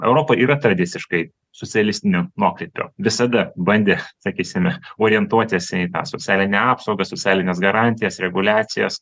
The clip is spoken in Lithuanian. europoje yra tradiciškai socialistinio mokyto visada bandė sakysime orientuotis į socialinę apsaugą socialines garantijas reguliacijas